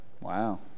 Wow